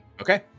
Okay